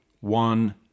one